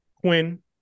Quinn